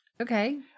Okay